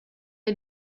you